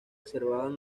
observan